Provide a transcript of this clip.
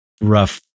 rough